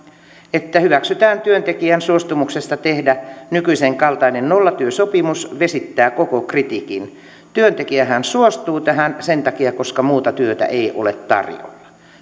että hyväksytään työntekijän suostumuksesta tehdä nykyisenkaltainen nollatyösopimus se vesittää koko kritiikin työntekijähän suostuu tähän sen takia koska muuta työtä ei ole tarjolla